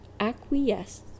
acquiesce